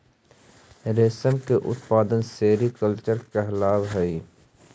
रेशम के उत्पादन सेरीकल्चर कहलावऽ हइ